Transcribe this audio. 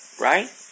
right